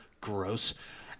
gross